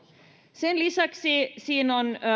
sen lisäksi